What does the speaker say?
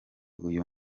uyu